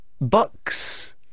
Bucks